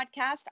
podcast